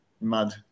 mud